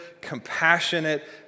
compassionate